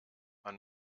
man